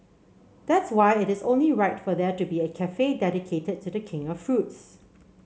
that's why it is only right for there to be a cafe dedicated to the king of fruits